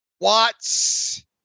Watts